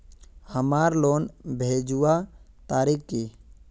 हमार लोन भेजुआ तारीख की?